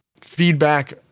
feedback